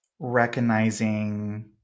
recognizing